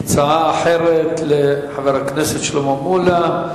הצעה אחרת לחבר הכנסת שלמה מולה.